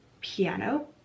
piano